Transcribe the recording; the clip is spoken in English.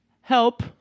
Help